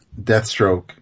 Deathstroke